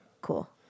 Cool